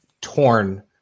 torn